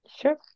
Sure